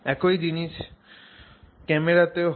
একই জিনিস ক্যামেরাতেও হয়